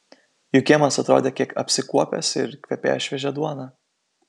jų kiemas atrodė kiek apsikuopęs ir kvepėjo šviežia duona